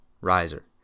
riser